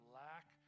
lack